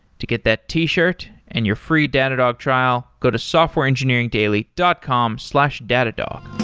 to get that t-shirt and your free datadog trial, go to softwareengineeringdaily dot com slash datadog.